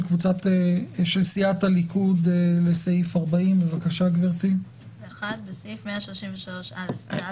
סיעת הליכוד לסעיף 40. בסעיף 133א(ד)